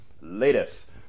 latest